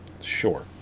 Sure